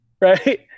right